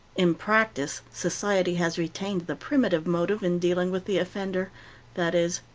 in practice, society has retained the primitive motive in dealing with the offender that is,